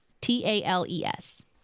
t-a-l-e-s